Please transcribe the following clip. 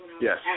Yes